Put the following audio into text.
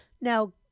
Now